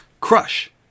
Crush